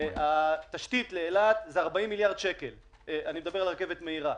התשתית לאילת זה 40 מיליארד שקל לרכבת מהירה.